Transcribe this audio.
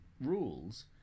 Rules